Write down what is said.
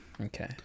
okay